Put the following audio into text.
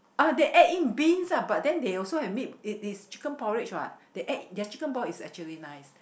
uh they add in beans ah but then they also have meat in it's chicken porridge what they add their chicken porridge is actually nice